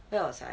where was I